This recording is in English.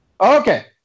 Okay